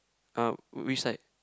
uh which side